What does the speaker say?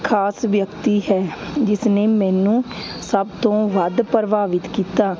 ਖ਼ਾਸ ਵਿਅਕਤੀ ਹੈ ਜਿਸ ਨੇ ਮੈਨੂੰ ਸਭ ਤੋਂ ਵੱਧ ਪ੍ਰਭਾਵਿਤ ਕੀਤਾ